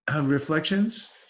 reflections